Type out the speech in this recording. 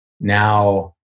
now